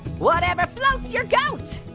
whatever floats your goat,